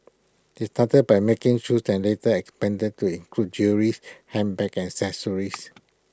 they started by making shoes and later expanded to include jewellery's handbags and accessories